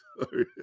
Sorry